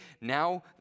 Now